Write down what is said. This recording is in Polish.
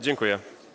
Dziękuję.